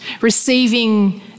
receiving